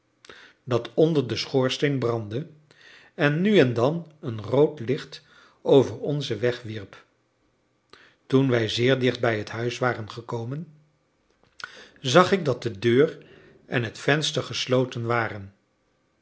dat onder den schoorsteen brandde en nu en dan een rood licht over onzen weg wierp toen wij zeer dicht bij het huis waren gekomen zag ik dat de deur en het venster gesloten waren